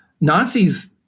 Nazis